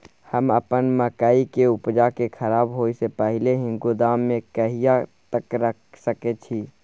हम अपन मकई के उपजा के खराब होय से पहिले ही गोदाम में कहिया तक रख सके छी?